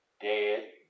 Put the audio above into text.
Dead